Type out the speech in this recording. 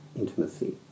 intimacy